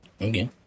Okay